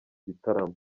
gitaramo